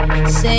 Say